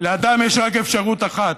לאדם יש רק אפשרות אחת,